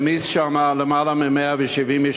העמיס שם לפחות 170 איש.